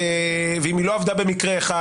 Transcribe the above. ואם היא לא עבדה במקרה אחד,